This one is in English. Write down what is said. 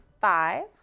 five